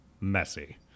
messy